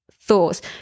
thoughts